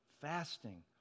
fasting